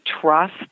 trust